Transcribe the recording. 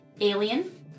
alien